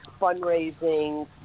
fundraising